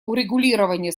урегулирования